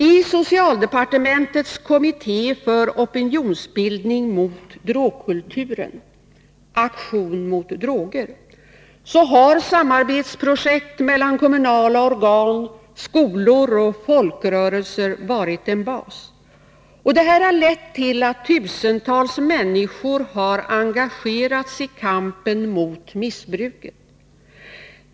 I socialdepartementets kommitté för opinionsbildning mot drogkulturen — Aktion mot droger — har projekt för samarbete mellan kommunala organ, skola och folkrörelser varit en bas. Detta har lett till att tusentals människor har engagerats i kampen mot missbruket.